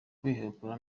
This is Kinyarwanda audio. kwihekura